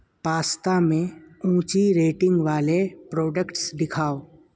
pasta میں اونچی rating والے پروڈکٹس دکھاؤ